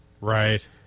Right